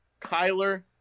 Kyler